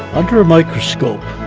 under a microscope,